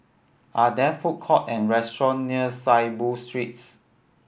are there food court or restaurant near Saiboo Street